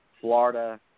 Florida